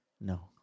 No